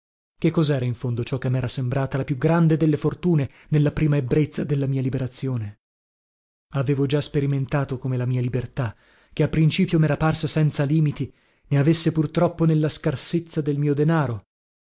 che cosera in fondo ciò che mera sembrata la più grande delle fortune nella prima ebbrezza della mia liberazione avevo già sperimentato come la mia libertà che a principio mera parsa senza limiti ne avesse purtroppo nella scarsezza del mio denaro